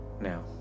Now